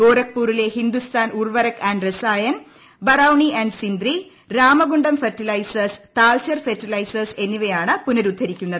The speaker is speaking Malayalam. ഗോരഖ്പൂരിലെ Hindustan Urvarak and Rasayan Barauni and Sindri Ramagundam fertilizers Talcher fertilizers എന്നിവയാണ് പുനരുദ്ധരിക്കുന്നത്